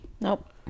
Nope